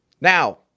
now